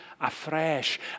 afresh